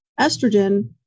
estrogen